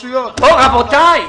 זו תמונת המצב.